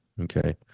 okay